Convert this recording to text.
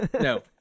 no